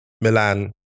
Milan